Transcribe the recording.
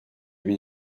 bin